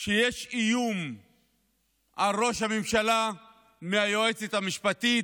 שיש איום על ראש הממשלה מהיועצת המשפטית,